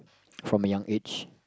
from a young age